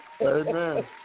Amen